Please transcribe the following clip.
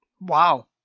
Wow